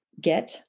get